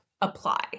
apply